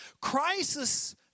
Crisis